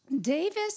Davis